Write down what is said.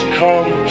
come